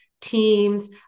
Teams